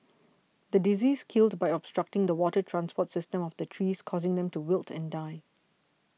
the disease killed by obstructing the water transport system of the trees causing them to wilt and die